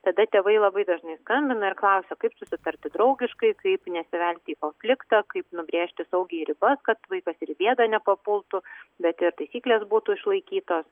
tada tėvai labai dažnai skambina ir klausia kaip susitarti draugiškai kaip nesivelti konfliktą kaip nubrėžti saugiai ribas kad vaikas ir į bėdą nepapultų bet ir taisyklės būtų išlaikytos